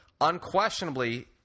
Unquestionably